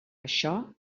això